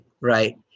Right